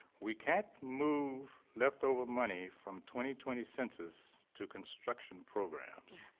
we can't move left over money from twenty twenty census to construction programs.